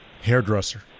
hairdresser